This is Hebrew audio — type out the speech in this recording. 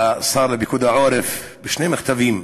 לשר לפיקוד העורף, בשני מכתבים: